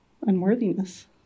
unworthiness